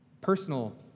personal